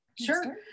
Sure